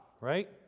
right